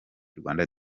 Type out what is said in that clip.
rwanda